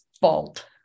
fault